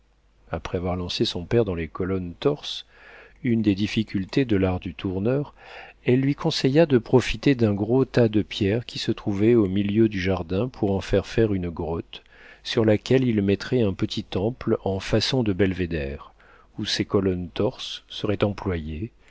après avoir lancé son père dans les colonnes torses une des difficultés de l'art du tourneur elle lui conseilla de profiter d'un gros tas de pierres qui se trouvait au milieu du jardin pour en faire faire une grotte sur laquelle il mettrait un petit temple en façon de belvéder où ses colonnes torses seraient employées